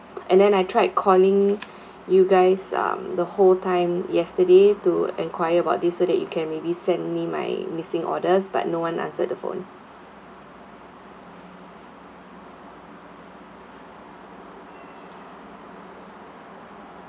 and then I tried calling you guys um the whole time yesterday to enquire about this so that you can maybe send me my missing orders but no one answered the phone